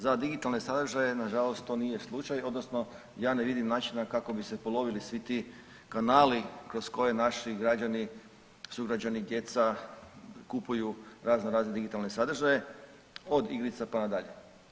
Za digitalne sadržaje nažalost to nije slučaj odnosno ja ne vidim načina bi se polovili svi ti kanali kroz koje naši građani, sugrađani, djeca kupuju raznorazne digitalne sadržaje od igrica pa nadalje.